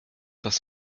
das